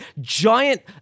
giant